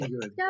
good